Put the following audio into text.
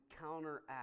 counteract